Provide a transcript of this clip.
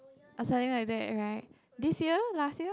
I was telling like that alright this year last year